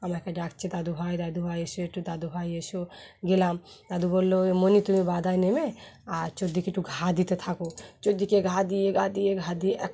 আমাকে ডাকছে দাদু ভাই দাদু ভাই এসো একটু দাদু ভাই এসো গেলাম দাদু বললো ও মনি তুমি বাধা নেমে আর চর্দিকে একটু ঘা দিতে থাকো চর্দিকে ঘা দিয়ে ঘা দিয়ে ঘা দিয়ে এক